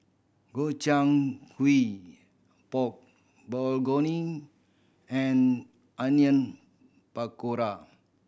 Gobchang Gui Pork Bulgogi and Onion Pakora